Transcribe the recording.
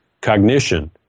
cognition